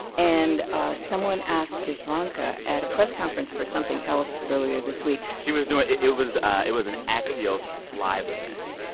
and someone asked ivanka at a press conference for something else earlier this week. she was doing it was it was an axios live event.